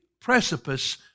precipice